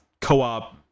co-op